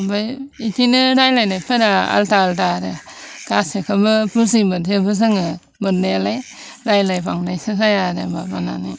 ओमफ्राय बिदिनो रायज्लायनायफोरा आलादा आलादा आरो गासैखौबो बुजि मोनजोबो जोङो मोननायालाय रायज्लाय बावनायसो जाया आरो माबानानै